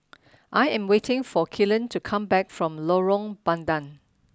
I am waiting for Kellen to come back from Lorong Bandang